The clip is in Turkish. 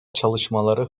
çalışmaları